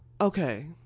Okay